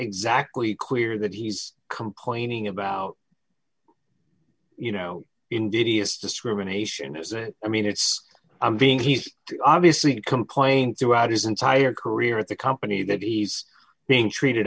exactly clear that he's complaining about you know in didius discrimination has an i mean it's i'm being he's obviously compliant throughout his entire career at the company that he's being treated